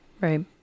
Right